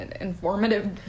informative